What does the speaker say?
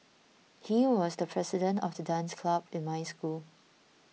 he was the president of the dance club in my school